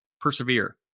persevere